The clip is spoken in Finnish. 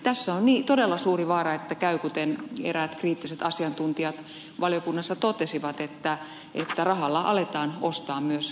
tässä on todella suuri vaara että käy kuten eräät kriittiset asiantuntijat valiokunnassa totesivat että rahalla aletaan ostaa myös näkökulmaa